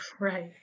Right